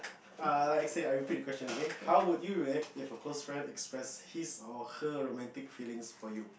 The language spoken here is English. uh like I said I repeat the question okay how would react if a close friend express his or her romantic feelings for you